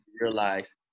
realize